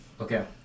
Okay